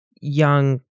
young